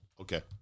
Okay